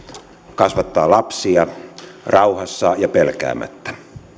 kasvattaa lapsia rauhassa ja pelkäämättä